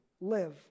live